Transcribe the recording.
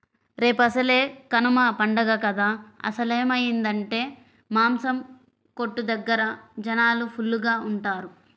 రేపసలే కనమ పండగ కదా ఆలస్యమయ్యిందంటే మాసం కొట్టు దగ్గర జనాలు ఫుల్లుగా ఉంటారు